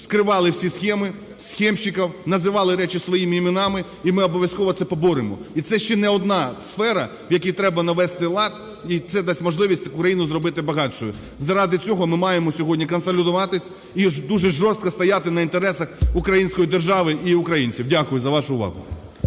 вскривали всі схеми, схемщиків, називали речі своїми іменами, і ми обов'язково це поборемо. І це ще не одна сфера, в якій треба навести лад, і це дасть можливість Україну зробити багатшою. Заради цього ми маємо сьогодні консолідуватись і дуже жорстко стояти на інтересах української держави і українців. Дякую за вашу увагу.